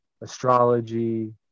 astrology